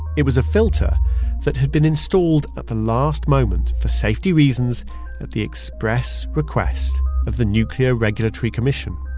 it was a filter that had been installed at the last moment for safety reasons at the express request of the nuclear regulatory commission.